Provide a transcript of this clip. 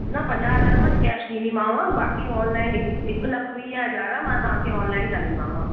न पजाह हज़ार मां कैश ॾींदीमाव बाक़ी ऑनलाइन इक हिक लख वीह हज़ार मां तव्हांखे ऑनलाइन कंदीमाव